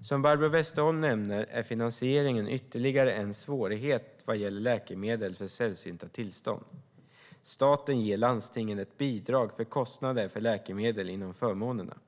Som Barbro Westerholm nämner är finansieringen ytterligare en svårighet vad gäller läkemedel för sällsynta tillstånd. Staten ger landstingen ett bidrag för kostnader för läkemedel inom förmånerna.